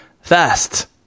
fast